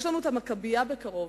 יש לנו "מכבייה" בקרוב,